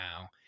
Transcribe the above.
now